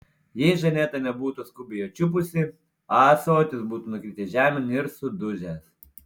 jei žaneta nebūtų skubiai jo čiupusi ąsotis būtų nukritęs žemėn ir sudužęs